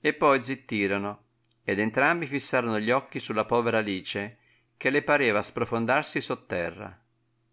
e poi zittirono ed entrambi fissarono gli occhi sulla povera alice che le pareva sprofondarsi sotterra